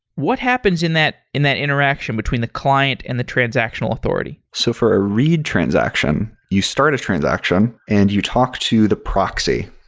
what happens in that in that interaction between the client and the transactional authority? so for a read transaction, you start a transaction and you talk to the proxy,